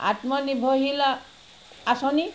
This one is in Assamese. আত্মনিৰ্ভৰশীল আ আঁচনি